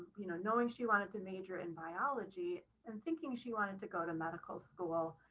you know, knowing she wanted to major in biology and thinking she wanted to go to medical school.